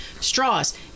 straws